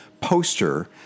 poster